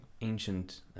ancient